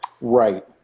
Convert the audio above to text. Right